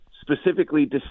specifically